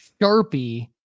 sharpie